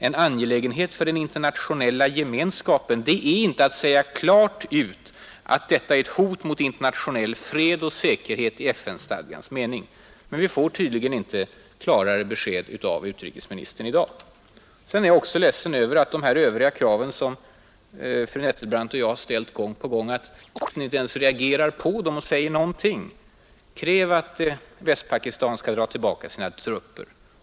”En angelägenhet för den internationella gemenskapen” — det är inte att säga klart ut att detta är ett hot mot internationell fred och säkerhet i FN-stadgans mening. Men vi får tydligen inte klarare besked av utrikesministern i dag. Sedan är jag också ledsen över att utrikesministern inte ens reagerar på och säger någonting om dessa övriga krav som fru Nettelbrandt och jag ställt gång på gång. Kräv att Västpakistan skall dra tillbaka sina trupper.